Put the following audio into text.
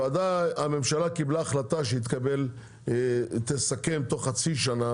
הממשלה קיבלה החלטה שהיא תסכם תוך חצי שנה,